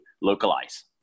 localize